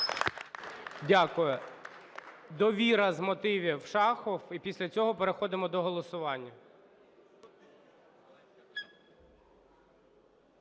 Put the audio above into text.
Дякую. "Довіра", з мотивів – Шахов. І після цього переходимо до голосування.